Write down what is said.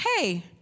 hey